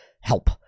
Help